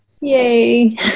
Yay